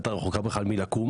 היא הייתה רחוקה בכלל מלקום.